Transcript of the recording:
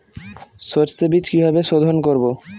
সর্ষে বিজ কিভাবে সোধোন করব?